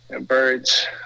birds